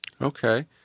Okay